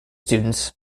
students